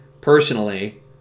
personally